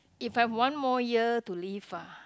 if I've one more year to live ah